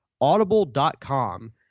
Audible.com